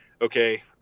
okay